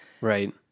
Right